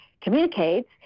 communicates